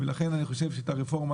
לכן אני חושב שצריך להוציא את הרפורמה